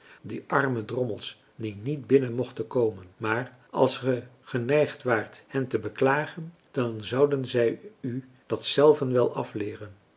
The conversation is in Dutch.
die arme drommels die niet binnen mochten komen maar als ge geneigd waart hen te beklagen dan zouden zij u dat zelven wel afleeren